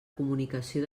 comunicació